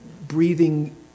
breathing